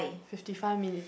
fifty five minutes